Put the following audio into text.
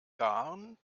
garn